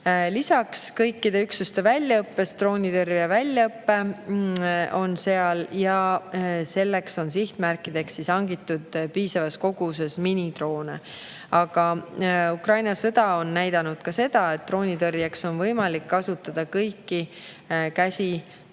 Lisaks on kõikide üksuste väljaõppes droonitõrje ja selleks on sihtmärkideks hangitud piisavas koguses minidroone. Aga Ukraina sõda on näidanud ka seda, et droonitõrjeks on võimalik kasutada ka kõiki